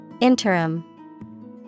Interim